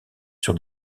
sur